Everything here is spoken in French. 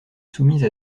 soumise